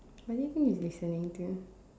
what do you think he's listening to